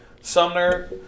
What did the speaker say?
Sumner